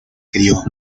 crio